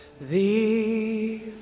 Thee